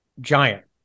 giant